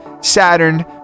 Saturn